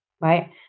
right